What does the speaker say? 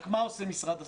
אבל מה עושה משרד הספורט?